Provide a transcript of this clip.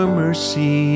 mercy